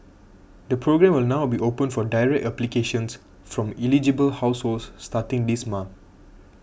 the programme will now be open for direct applications from eligible households starting this month